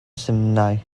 simnai